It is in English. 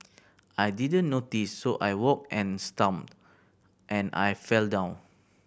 I didn't notice so I walked and and I fell down